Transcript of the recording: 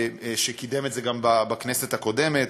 שקידם את זה גם בכנסת הקודמת,